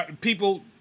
people –